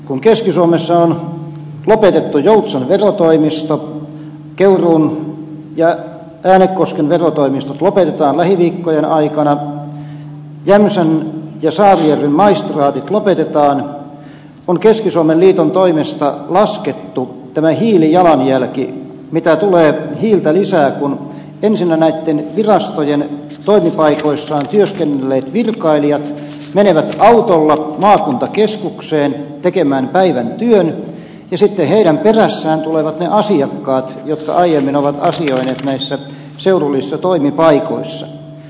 kun keski suomessa on lopetettu joutsan verotoimisto keuruun ja äänekosken verotoimistot lopetetaan lähiviikkojen aikana jämsän ja saarijärven maistraatit lopetetaan on keski suomen liiton toimesta laskettu hiilijalanjälki mitä tulee hiiltä lisää kun ensinnä virastojen toimipaikoissa työskennelleet virkailijat menevät autolla maakuntakeskukseen tekemään päivän työn ja sitten heidän perässään tulevat ne asiakkaat jotka aiemmin ovat asioineet seudullisissa toimipaikoissa